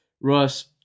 Russ